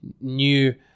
new